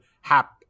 hap